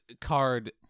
card